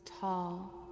tall